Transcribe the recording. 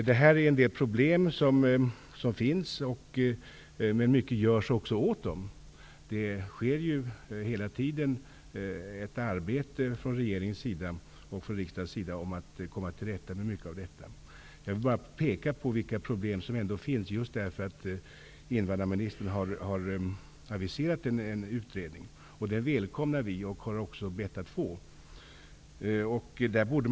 Detta är en del av de problem som finns, men mycket görs också åt dem. Det sker hela tiden ett arbete från regeringens och riksdagens sida för att komma till rätta med detta. Jag vill bara peka på vilka problem som ändå finns eftersom invandrarministern har aviserat en utredning. Vi välkomnar, och har också bett att få, den utredningen.